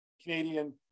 Canadian